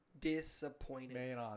disappointed